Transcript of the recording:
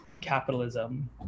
capitalism